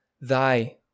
Thy